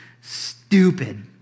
stupid